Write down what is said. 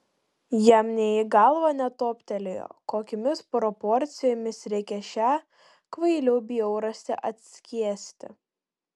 jam nė į galvą netoptelėjo kokiomis proporcijomis reikia šią kvailių bjaurastį atskiesti